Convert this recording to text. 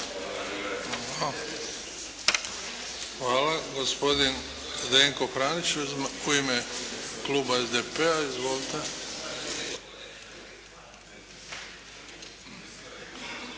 Hvala. Gospodin Zdenko Franić u ime kluba SDP-a. Izvolite.